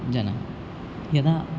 जनः यदा